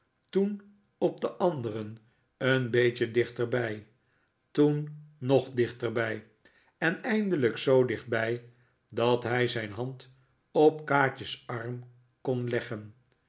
toen op een anderen een beetje dichterbij toen nog dichterbij en eindelijk zoo dichtbij dat hij zijn hand op kaatje's arm kon leggen